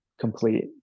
complete